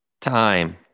Time